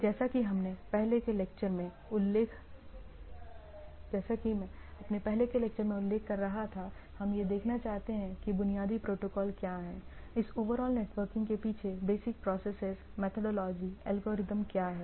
जैसा कि में अपने पहले के लेक्चर में उल्लेख कर रहा था हम यह देखना चाहते हैं कि बुनियादी प्रोटोकॉल क्या हैं इस ओवरऑल नेटवर्किंग के पीछे बेसिक प्रोसेसेस मेथाडोलॉजी एल्गोरिदम क्या हैं